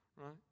Right